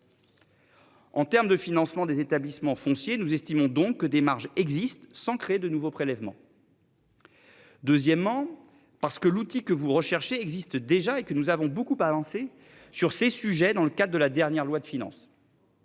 En termes de financement des établissements fonciers. Nous estimons donc que des marges existent sans créer de nouveaux prélèvements. Deuxièmement, parce que l'outil que vous recherchez existe déjà et que nous avons beaucoup avancé sur ces sujets dans le cadre de la dernière loi de finances.